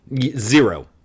Zero